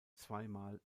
zweimal